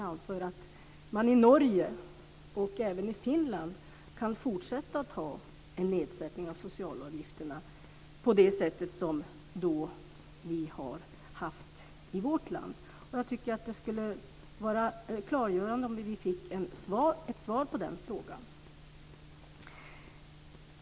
I Norge, och även i Finland, kan man fortsätta att ha en nedsättning av socialavgifterna på det sätt som vi har haft i vårt land. Jag tycker att det skulle vara klargörande om vi fick en kommentar till det.